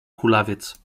kulawiec